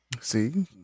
See